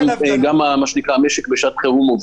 גם משק בשעת חירום עובד.